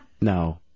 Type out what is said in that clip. No